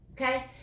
okay